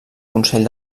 consell